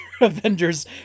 Avengers